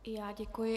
I já děkuji.